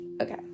okay